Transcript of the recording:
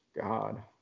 God